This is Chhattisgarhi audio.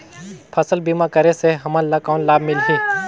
फसल बीमा करे से हमन ला कौन लाभ मिलही?